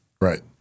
Right